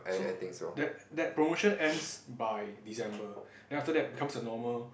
so that that promotion ends by December then after that becomes normal